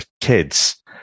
kids